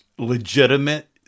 legitimate